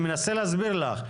אני מנסה להסביר לך.